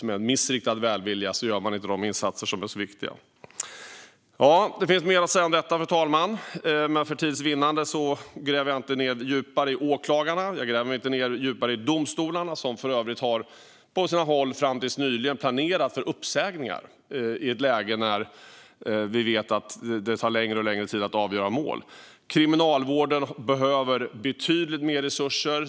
På grund av missriktad välvilja gör man inte de insatser som är så viktiga. Fru talman! Det finns mer att säga om detta, men för tids vinnande gräver jag inte djupare i det som har att göra med åklagarna och domstolarna. De senare hade för övrigt på sina håll fram till nyligen planer på uppsägningar. Detta skulle ske samtidigt som vi vet att det tar allt längre tid att avgöra mål. Vidare behöver Kriminalvården mer resurser.